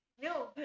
No